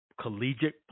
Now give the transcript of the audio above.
collegiate